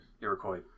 Iroquois